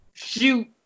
Shoot